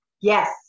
Yes